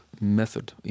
method